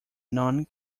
none